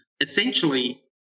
essentially –